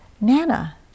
Nana